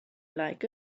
like